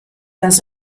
das